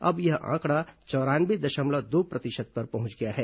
अब यह आंकड़ा चौरानवे दशमलव दो प्रतिशत पर पहुंच गया है